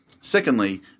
Secondly